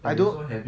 I don't